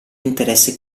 interesse